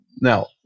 Now